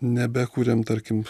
nebekuriam tarkim